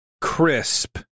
crisp